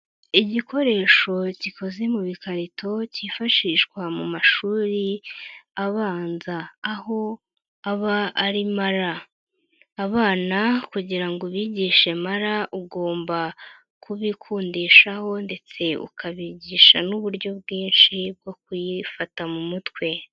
Igikoresho gikoze mu bikarito kifashishwa mu mashuri abanza aho aba ari mara, abana kugira ngo ubigishe mara ugomba kubikundishaho ndetse ukabigisha n'uburyo bwinshi bwo kuyifata mu mutwe.